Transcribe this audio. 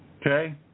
okay